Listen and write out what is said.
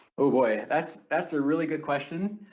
oh boy, that's that's a really good question,